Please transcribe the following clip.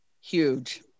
Huge